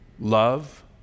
love